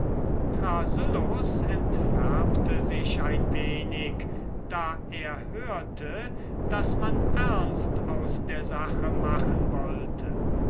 entfärbte sich ein wenig da er hörte daß man ernst aus der sache machen wollte